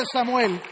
Samuel